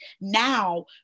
now